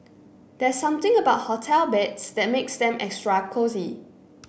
there something about hotel beds that makes them extra cosy